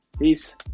Peace